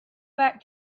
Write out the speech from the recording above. back